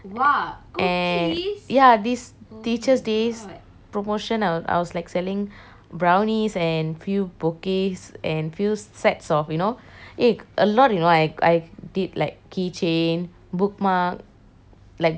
ya this teacher's day promotion I was like selling brownies and few bouquets and few sets of you know eh a lot you know I I did like key chain bookmark like bun~ bundle bundle